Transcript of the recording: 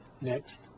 Next